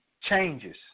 changes